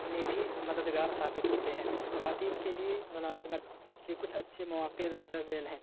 میں بھی مدد گار ثابت ہوتے ہیں خواتین کے لیے ملازمت کے کچھ اچھے مواقع درج ذیل ہیں